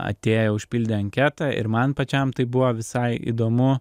atėję užpildė anketą ir man pačiam tai buvo visai įdomu